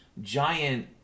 giant